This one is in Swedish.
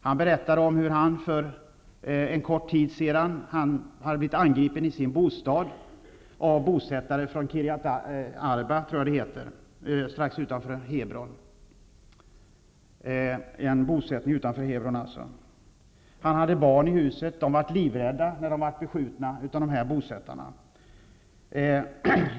Han berättade om hur han för en kort tid sedan hade blivit angripen i sin bostad av bosättare från Han hade barn i huset, som blev livrädda när de blev beskjutna av bosättarna.